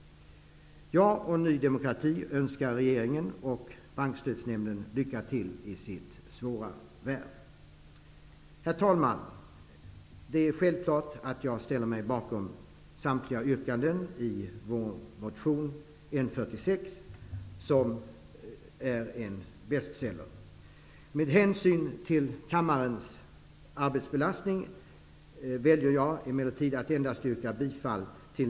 Jag och Ny demokrati önskar regeringen och Bankstödsnämnden lycka till i sitt svåra värv. Herr talman! Det är självklart att jag ställer mig bakom samtliga yrkanden i vår motion N46, som är en bestseller. Med hänsyn till kammarens arbetsbelastning väljer jag att endast yrka bifall till